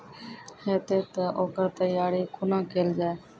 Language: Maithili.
हेतै तअ ओकर तैयारी कुना केल जाय?